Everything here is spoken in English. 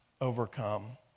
overcome